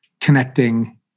connecting